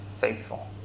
faithful